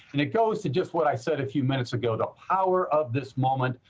and it goes to just what i said a few minutes ago, the power of this moment,